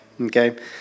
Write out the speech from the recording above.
okay